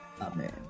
Amen